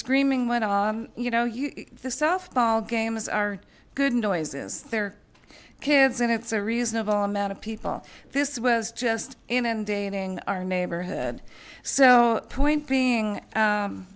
screaming went on you know you softball games are good noise is there kids and it's a reasonable amount of people this was just inundating our neighborhood so point being